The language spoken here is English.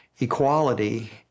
equality